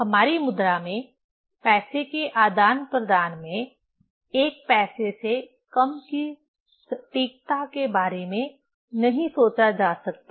हमारी मुद्रा में पैसे के आदान प्रदान में 1 पैसे से कम की सटीकता के बारे में नहीं सोचा जा सकता